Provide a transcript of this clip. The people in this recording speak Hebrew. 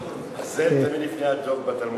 הזאב תמיד לפני הדב בתלמוד,